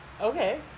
Okay